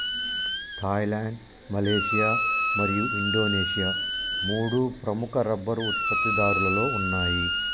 Thailand, Malaysia మరియు Indonesia మూడు ప్రముఖ రబ్బరు ఉత్పత్తిదారులలో ఉన్నాయి